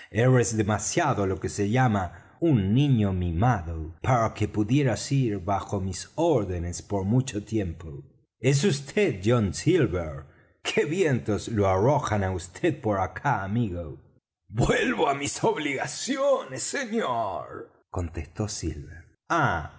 eres demasiado lo que se llama un niño mimado para que pudieras ir bajo mis órdenes por mucho tiempo es vd john silver qué vientos lo arrojan á vd por acá amigo vuelvo á mis obligaciones señor contestó silver ah